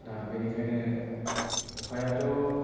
दा बेनिखायनो अखायाथ'